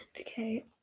Okay